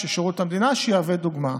ששירות המדינה יהווה דוגמה.